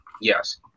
Yes